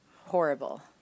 Horrible